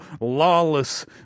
lawless